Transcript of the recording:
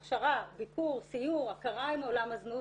הכשרה, ביקור, סיור, הכרה עם עולם הזנות